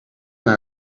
naar